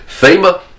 FEMA